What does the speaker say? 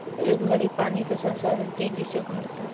ए घड़ी पानी के संसाधन तेजी से घटता